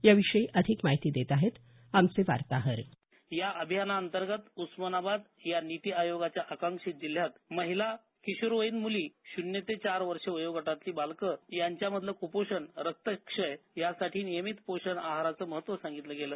याविषयी अधिक माहिती देत आहेत आमचे वार्ताहर या अभियानांतर्गत उस्मानाबद या निती आयोगाच्या या आगांशी जिल्ह्यात महिला किशोखयीन मूली शून्य ते चार वर्ष वयोगटातील बालकं यांच्यामधलं क्रपोषण रक्तक्षय यासाठी नियमित पोषण आहाराचं महत्त्व सांगितलं गेलं